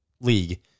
league